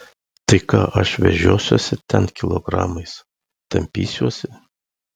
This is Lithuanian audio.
tai ką aš vežiosiuosi ten kilogramais tampysiuosi